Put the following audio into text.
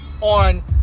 on